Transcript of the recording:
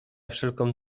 wszelką